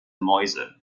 mäuse